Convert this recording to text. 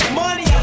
money